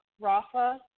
Rafa